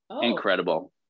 Incredible